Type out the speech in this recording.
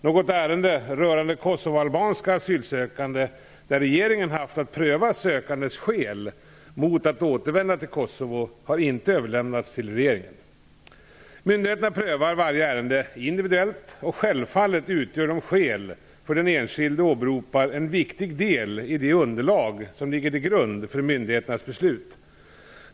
Något ärende rörande kosovoalbanska asylsökande där regeringen haft att pröva sökandes skäl mot att återvända till Kosovo har inte överlämnats till regeringen. Myndigheter prövar varje ärende individuellt, och självfallet utgör de skäl som den enskilde åberopar en viktig del i det underlag som ligger till grund för myndigheternas beslut.